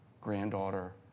granddaughter